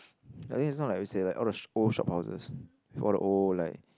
I think is not like we say like all the old shop houses before the old like